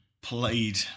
played